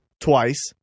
twice